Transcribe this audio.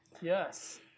Yes